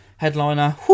Headliner